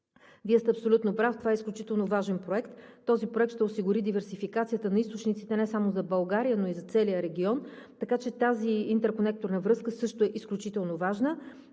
Вие сте абсолютно прав, това е изключително важен проект. Този проект ще осигури диверсификацията на източниците не само за България, но и за целия регион, така че тази интерконекторна връзка също е изключително важна.